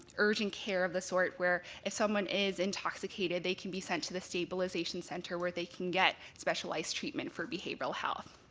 urgent care of the sort where if someone is intoxicated, they can be sent to the stabilization center where they can get specialized treatment for behavioral health.